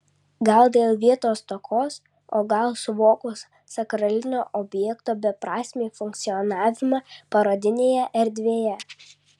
gal dėl vietos stokos o gal suvokus sakralinio objekto beprasmį funkcionavimą parodinėje erdvėje